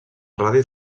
radis